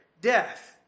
death